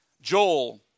Joel